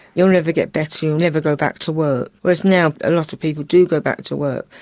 you'll never get better, you'll never go back to work. whereas now a lot of people do go back to work.